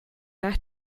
nach